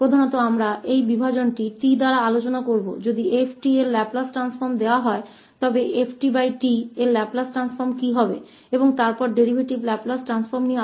मुख्य रूप से हम 𝑡 द्वारा इस विभाजन पर चर्चा करेंगे कि यदि 𝑓𝑡 का लाप्लास रूपांतर दिया जाता है तो ft का लाप्लास रूपांतर क्या होगा और फिर डेरीवेटिव का लाप्लास रूपांतर क्या होगा